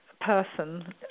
person